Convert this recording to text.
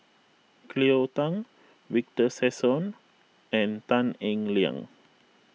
Cleo Thang Victor Sassoon and Tan Eng Liang